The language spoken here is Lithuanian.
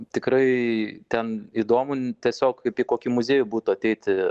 tikrai ten įdomu tiesiog kaip į kokį muziejų būtų ateiti